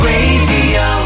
Radio